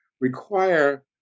require